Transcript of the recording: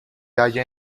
haya